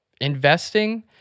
investing